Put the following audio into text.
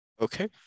okay